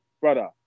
brother